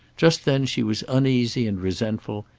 just then she was uneasy and resentful,